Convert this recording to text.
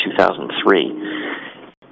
2003